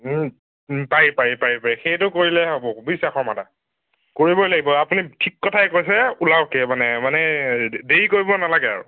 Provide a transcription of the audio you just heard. পাৰি পাৰি পাৰি পাৰি সেইটো কৰিলেহে হ'ব বুজিছে শৰ্মা দা কৰিবই লাগিব আপুনি থিক কথাই কৈছে ওলাওকেই মানে মানে দেৰি কৰিব নালাগে আৰু